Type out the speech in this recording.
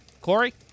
Corey